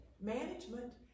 management